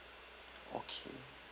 okay